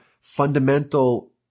fundamental